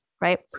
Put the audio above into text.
Right